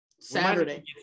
Saturday